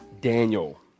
Daniel